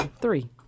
three